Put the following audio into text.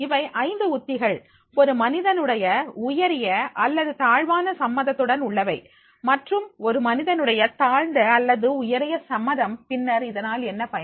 இவை 5 உத்திகள் ஒரு மனிதனுடைய உயரிய அல்லது தாழ்வான சம்மதத்துடன் உள்ளவை மற்றும் ஒரு மனிதனுடைய தாழ்ந்த அல்லது உயரிய சம்மதம் பின்னர் இதனால் என்ன பயன்